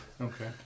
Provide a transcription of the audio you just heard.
Okay